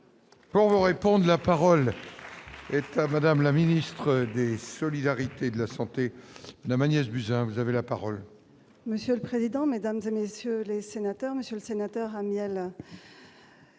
Non, répondent la parole, ça va dames la ministre. Des solidarités, de la santé Madame Agnès Buzyn, vous avez la parole. Monsieur le président, Mesdames et messieurs les sénateurs, Monsieur le Sénateur,